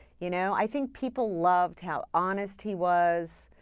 you know i think people loved how honest he was.